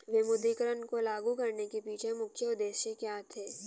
विमुद्रीकरण को लागू करने के पीछे मुख्य उद्देश्य क्या थे?